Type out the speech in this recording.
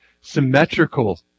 symmetrical